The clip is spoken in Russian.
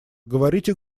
говорите